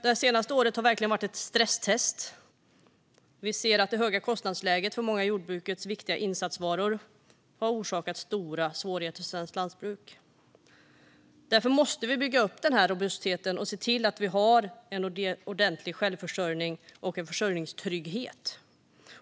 Det senaste året har verkligen varit ett stresstest. Vi ser att det höga kostnadsläget för många av jordbrukets viktiga insatsvaror har orsakat stora svårigheter för svenskt lantbruk. Därför måste vi bygga upp den här robustheten och se till att vi har en ordentlig självförsörjning och försörjningstrygghet.